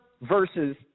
versus